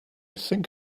think